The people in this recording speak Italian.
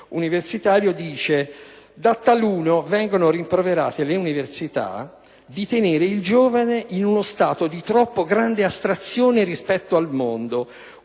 universitario affermava: «...da taluno vengono rimproverate le Università di tenere il giovane in uno stato di troppo grande astrazione rispetto al mondo